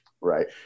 right